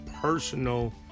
personal